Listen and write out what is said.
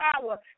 power